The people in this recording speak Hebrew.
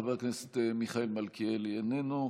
חבר הכנסת מיכאל מלכיאלי, איננו.